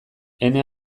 ene